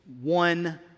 one